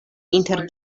inter